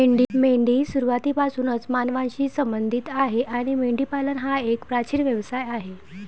मेंढी सुरुवातीपासूनच मानवांशी संबंधित आहे आणि मेंढीपालन हा एक प्राचीन व्यवसाय आहे